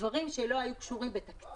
דברים שלא היו בתקציב